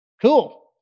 Cool